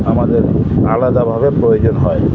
আমাদের আলাদাভাবে প্রয়োজন হয়